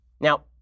Now